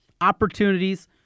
opportunities